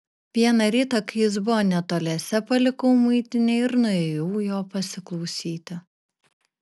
vieną rytą kai jis buvo netoliese palikau muitinę ir nuėjau jo pasiklausyti